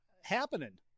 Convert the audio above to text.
happening